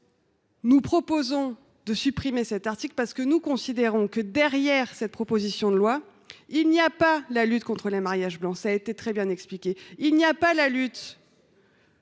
Nous proposons donc de supprimer cet article unique, car nous considérons que, derrière cette proposition de loi, il n’y a pas la lutte contre les mariages blancs, comme cela a été très bien expliqué, ni la lutte